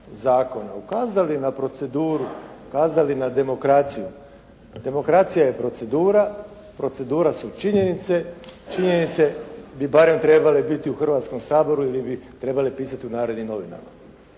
ukazali na proceduru, ukazali na demokraciju. Demokracija je procedura, procedura su činjenice, činjenice bi barem trebale biti u Hrvatskom saboru ili bi trebale pisati u Narodnim novinama.